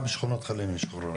גם שכונות חיילים משוחררים.